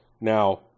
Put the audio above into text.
Now